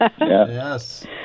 yes